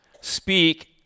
speak